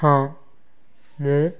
ହଁ ମୁଁ